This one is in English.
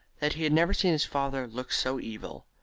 that he had never seen his father look so evil,